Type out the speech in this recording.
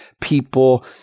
people